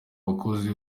bakozi